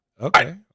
Okay